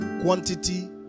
quantity